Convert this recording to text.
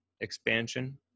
expansion